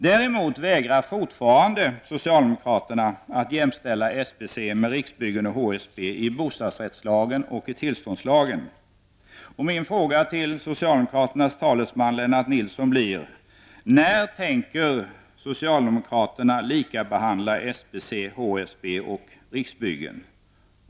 Däremot vägrar socialdemokraterna fortfarande att jämställa SBC med Riksbyggen och HSB i bostadsrättslagen och i tillståndslagen. Min fråga till socialdemokraternas talesman Lennart Nilsson blir: När tänker socialdemokraterna likabehandla SBC, HSB och Riksbyggen?